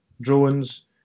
drones